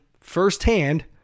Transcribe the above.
firsthand